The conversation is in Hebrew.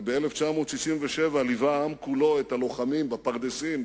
וב-1967 ליווה העם כולו את הלוחמים בפרדסים,